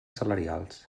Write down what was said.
salarials